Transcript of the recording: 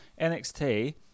nxt